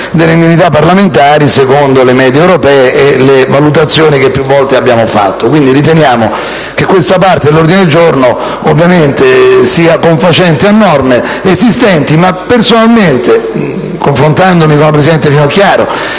delle indennità parlamentari secondo le medie europee e le valutazioni che più volte abbiamo fatto. Quindi riteniamo che questa parte dell'ordine del giorno sia confacente alle norme esistenti. Personalmente, confrontandomi con la presidente Finocchiaro